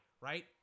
right